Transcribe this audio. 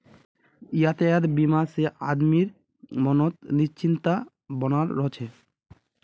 यातायात बीमा से आदमीर मनोत् निश्चिंतता बनाल रह छे